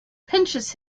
pinches